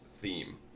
theme